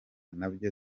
nabyo